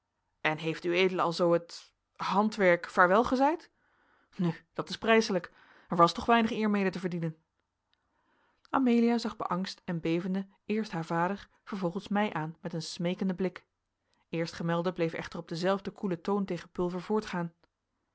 en heeft ued alzoo het handwerk vaarwelgezeid nu dat is prijselijk er was toch weinig eer mede te verdienen amelia zag beangst en bevende eerst haar vader vervolgens mij aan met een smeekenden blik eerstgemelde bleef echter op denzelfden koelen toon tegen pulver voortgaan